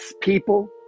people